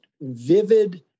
vivid